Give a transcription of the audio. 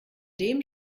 dem